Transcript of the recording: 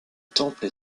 temple